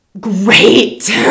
Great